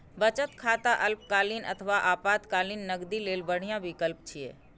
बचत खाता अल्पकालीन अथवा आपातकालीन नकदी लेल बढ़िया विकल्प छियै